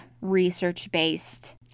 research-based